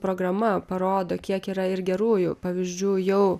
programa parodo kiek yra ir gerųjų pavyzdžių jau